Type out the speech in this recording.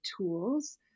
tools